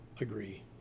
agree